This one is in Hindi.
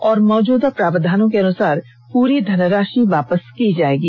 और मौजूदा प्रावधानों के अनुसार पूरी धनराशि वापस की जायेगी